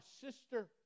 sister